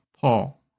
Paul